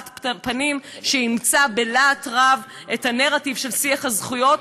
פנים שאימצה בלהט רב את הנרטיב של שיח הזכויות,